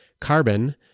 carbon